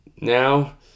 now